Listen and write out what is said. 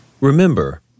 Remember